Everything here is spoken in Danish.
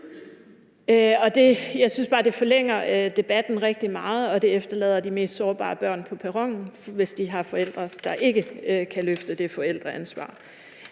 Jeg synes bare, det forlænger debatten rigtig meget, og det efterlader de mest sårbare børn på perronen, hvis de har forældre, der ikke kan løfte forældreansvaret.